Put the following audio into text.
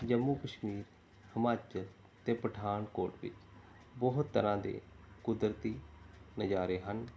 ਜੰਮੂ ਕਸ਼ਮੀਰ ਹਿਮਾਚਲ ਅਤੇ ਪਠਾਨਕੋਟ ਵਿੱਚ ਬਹੁਤ ਤਰ੍ਹਾਂ ਦੇ ਕੁਦਰਤੀ ਨਜ਼ਾਰੇ ਹਨ